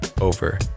over